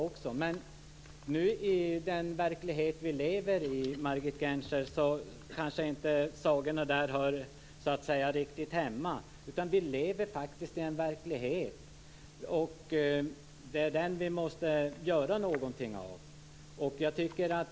I den verklighet vi lever i, Margit Gennser, hör sagorna inte riktigt hemma. Vi lever faktiskt i en verklighet. Det är den vi måste göra något av.